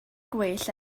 gwell